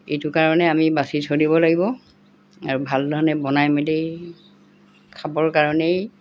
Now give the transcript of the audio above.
এইটো কাৰণে আমি বাছি চলিব লাগিব আৰু ভালধৰণে বনাই মেলি খাবৰ কাৰণেই